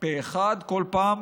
פה אחד כל פעם.